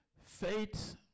Faith